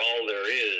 all-there-is